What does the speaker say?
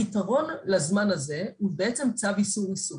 הפתרון לזמן הזה הוא בעצם צו איסור עיסוק,